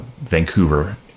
Vancouver